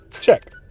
check